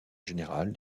général